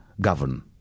govern